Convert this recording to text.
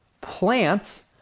Plants